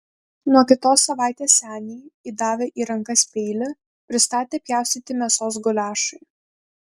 nuo kitos savaitės senį įdavę į rankas peilį pristatė pjaustyti mėsos guliašui